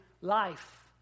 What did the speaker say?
life